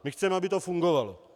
My chceme, aby to fungovalo.